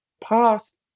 past